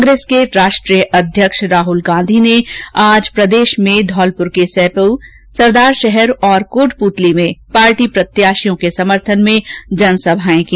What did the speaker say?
कांग्रेस के राष्ट्रीय अध्यक्ष राहुल गांधी ने आज प्रदेश में सैपऊ सरदारशहर और कोटपूतली में पार्टी प्रत्याशियों के समर्थन में जनसभाए की